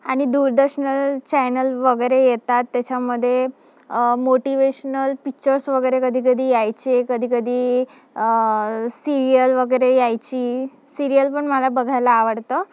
आणि दूरदर्शन चॅनल वगैरे येतात त्याच्यामध्ये मोटिवेशनल पिक्चर्स वगैरे कधी कधी यायचे कधी कधी सिरियल वगैरे यायची सिरियल पण मला बघायला आवडतं